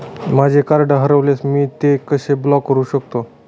माझे कार्ड हरवल्यास मी ते कसे ब्लॉक करु शकतो?